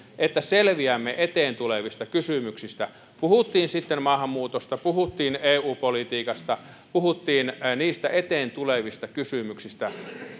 että selviämme eteen tulevista kysymyksistä puhuttiin sitten maahanmuutosta puhuttiin eu politiikasta puhuttiin niistä eteen tulevista kysymyksistä